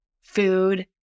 food